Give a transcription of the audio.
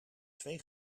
twee